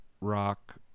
rock